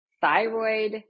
thyroid